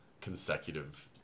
consecutive